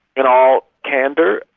in all candour,